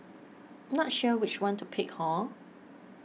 not sure which one to pick hor